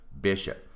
bishop